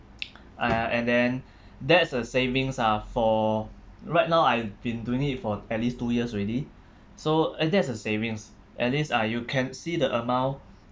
uh and then that's a savings uh for right now I've been doing it for at least two years already so and that's a savings at least ah you can see the amount